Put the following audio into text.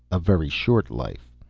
a very short life.